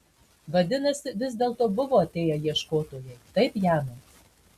vadinasi vis dėlto buvo atėję ieškotojai taip janai